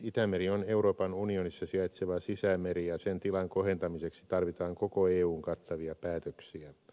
itämeri on euroopan unionissa sijaitseva sisämeri ja sen tilan kohentamiseksi tarvitaan koko eun kattavia päätöksiä